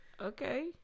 okay